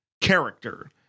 character